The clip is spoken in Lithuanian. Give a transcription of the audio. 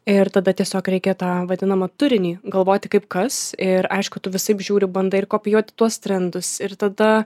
ir tada tiesiog reikia tą vadinamą turinį galvoti kaip kas ir aišku tu visaip žiūri bandai ir kopijuoti tuos trendus ir tada